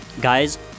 Guys